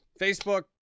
Facebook